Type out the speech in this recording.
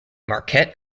marquette